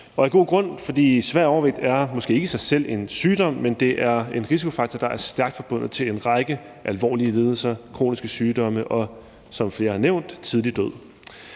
er af god grund, for svær overvægt er måske ikke i sig selv en sygdom, men det er en risikofaktor, der er stærkt forbundet med en række alvorlige lidelser, kroniske sygdomme og, som flere har nævnt, tidlig død.